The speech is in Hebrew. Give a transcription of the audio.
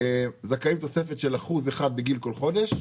זכאים לתוספת של 1% בגין כל חודש.